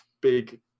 Big